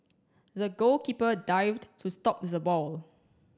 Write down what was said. the goalkeeper dived to stop the ball